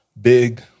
big